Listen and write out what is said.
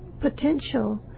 potential